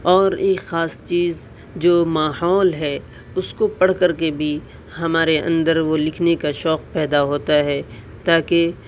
اور ایک خاص چیز جو ماحول ہے اس کو پڑھ کر کے بھی ہمارے اندر وہ لکھنے کا شوق پیدا ہوتا ہے تاکہ